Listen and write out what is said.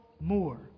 more